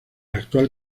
actual